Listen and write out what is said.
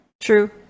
True